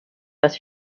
was